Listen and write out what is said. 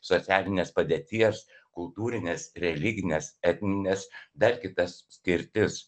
socialinės padėties kultūrines religines etnines dar kitas skirtis